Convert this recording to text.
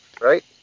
Right